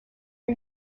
are